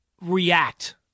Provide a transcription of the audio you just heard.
react